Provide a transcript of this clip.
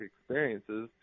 experiences